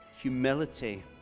humility